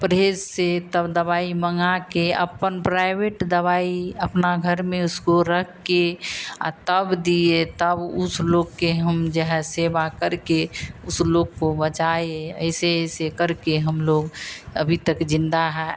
परहेज़ से तब दवाई मँगाकर अपन प्राइवेट दवाई अपने घर में उसको रखकर अ तब दिए तब उस लोग की हम जाे है सेवा करके उस लोग को बचाए ऐसे ऐसे करके हम लोग अभी तक ज़िंदा हैं